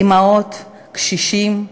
אימהות, קשישים,